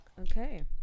Okay